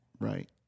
right